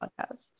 podcast